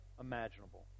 imaginable